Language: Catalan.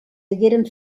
hagueren